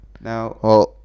now